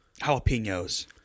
jalapenos